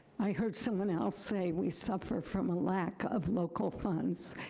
i heard someone else say we suffer from a lack of local funds.